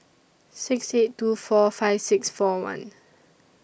six eight two four five six four one